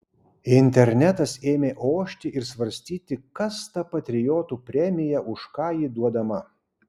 internetas ėmė ošti ir svarstyti kas ta patriotų premija už ką ji duodama